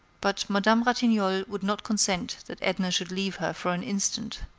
but madame ratignolle would not consent that edna should leave her for an instant.